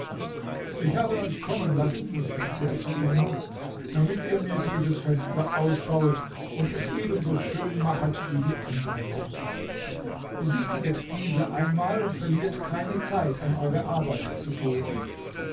ich habe euch kommen lassen sagte er zu ihnen damit ihr mir dieses fenster ausbauet und es ebenso schön machet wie die anderen sind besichtiget diese einmal und verliert keine zeit an eure arbeit zu gehen